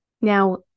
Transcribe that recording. Now